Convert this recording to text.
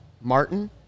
Martin